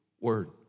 word